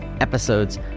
episodes